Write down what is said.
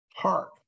park